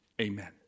amen